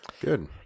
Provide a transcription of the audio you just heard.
Good